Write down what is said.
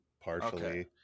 partially